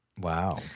Wow